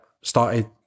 started